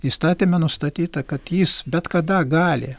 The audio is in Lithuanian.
įstatyme nustatyta kad jis bet kada gali